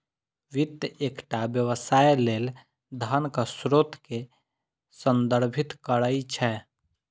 वित्त एकटा व्यवसाय लेल धनक स्रोत कें संदर्भित करै छै